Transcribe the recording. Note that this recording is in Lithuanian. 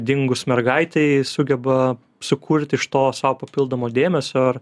dingus mergaitei sugeba sukurt iš to sau papildomo dėmesio ar